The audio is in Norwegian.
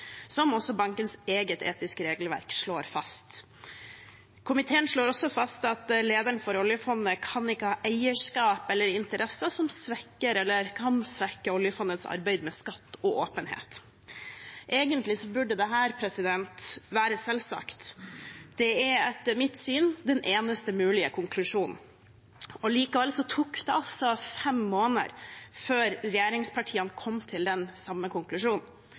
også bankens eget etiske regelverk slår fast. Komiteen slår også fast at lederen for oljefondet ikke kan ha eierskap eller interesser som svekker eller kan svekke oljefondets arbeid med skatt og åpenhet. Egentlig burde dette være selvsagt. Det er etter mitt syn den eneste mulige konklusjonen. Likevel tok det altså fem måneder før regjeringspartiene kom til den samme konklusjonen.